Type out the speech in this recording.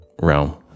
realm